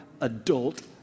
adult